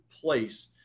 place